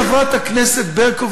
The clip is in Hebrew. חברת הכנסת ברקו,